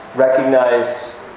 Recognize